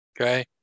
okay